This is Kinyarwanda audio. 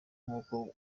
nkuko